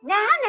Now